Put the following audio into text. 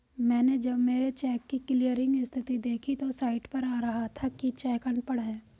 मैनें जब मेरे चेक की क्लियरिंग स्थिति देखी तो साइट पर आ रहा था कि चेक अनपढ़ है